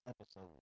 episode